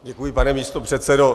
Děkuji, pane místopředsedo.